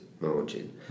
margin